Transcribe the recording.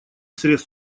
срез